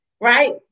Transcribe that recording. Right